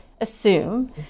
assume